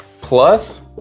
plus